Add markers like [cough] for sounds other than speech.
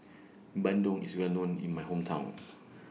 Bandung IS Well known in My Hometown [noise]